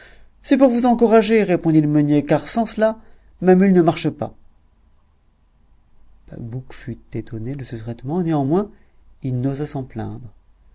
c'est pour vous encourager répondit le meunier car sans cela ma mule ne marche pas bacbouc fut étonné de ce traitement néanmoins il n'osa s'en plaindre